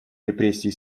репрессии